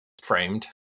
framed